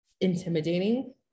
intimidating